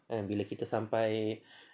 kan bila kita sampai